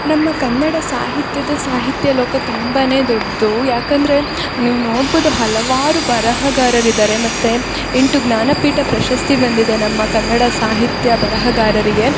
ನಮ್ಮ ಕನ್ನಡ ಸಾಹಿತ್ಯದ ಸಾಹಿತ್ಯ ಲೋಕ ತುಂಬ ದೊಡ್ದು ಯಾಕಂದರೆ ನೀವು ನೋಡ್ಬೋದು ಹಲವಾರು ಬರಹಗಾರರಿದ್ದಾರೆ ಮತ್ತು ಎಂಟು ಜ್ಞಾನಪೀಠ ಪ್ರಶಸ್ತಿ ಬಂದಿದೆ ನಮ್ಮ ಕನ್ನಡ ಸಾಹಿತ್ಯ ಬರಹಗಾರರಿಗೆ